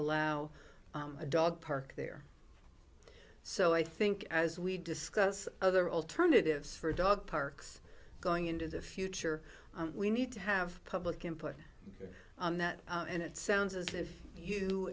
allow a dog park there so i think as we discuss other alternatives for dog parks going into the future we need to have public input on that and it sounds as if you